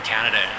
Canada